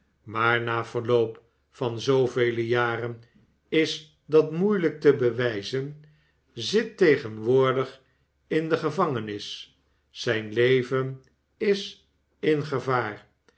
is dat moeielijk te bewijzen zit tegenwoordig in de gevangenis zijn leven is in gevaar